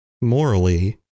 morally